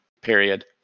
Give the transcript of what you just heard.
period